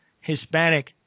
Hispanic